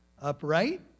upright